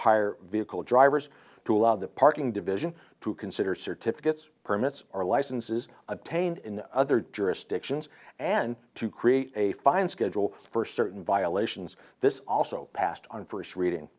hire vehicle drivers to allow the parking division to consider certificates permits or licenses obtained in other jurisdictions and to create a fine schedule for certain violations this also passed on first reading